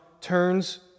turns